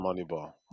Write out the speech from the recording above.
moneyball